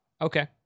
Okay